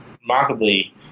remarkably